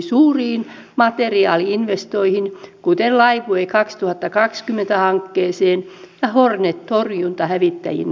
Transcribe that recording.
asioista voi olla eri mieltä mutta vääristely halveksuttavaa